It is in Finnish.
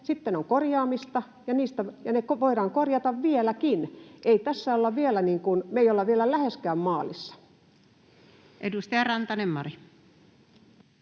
Sitten on korjaamista, ja ne voidaan korjata vieläkin. Ei tässä olla vielä läheskään maalissa. [Speech 340] Speaker: